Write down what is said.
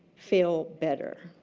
fail better.